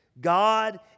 God